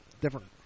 different